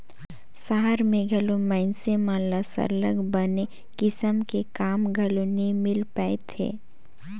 सहर में घलो मइनसे मन ल सरलग बने किसम के काम घलो नी मिल पाएत हे